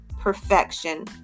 perfection